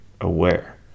aware